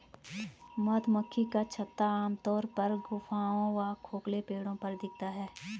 मधुमक्खी का छत्ता आमतौर पर गुफाओं व खोखले पेड़ों पर दिखता है